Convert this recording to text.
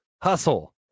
hustle